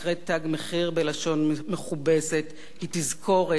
מכובסת היא תזכורת למה שיכול לצמוח